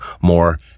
more